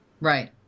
Right